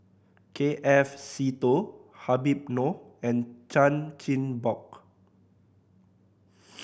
K F Seetoh Habib Noh and Chan Chin Bock